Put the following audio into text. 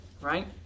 right